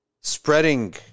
spreading